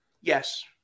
Yes